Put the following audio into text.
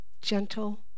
gentle